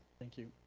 thank you.